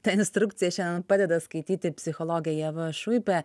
tą instrukciją šiandien padeda skaityti psichologė ieva šuipė